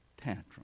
tantrum